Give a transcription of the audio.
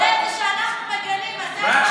ההבדל הוא שאנחנו מגנים, אתם לא.